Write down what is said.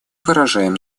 выражаем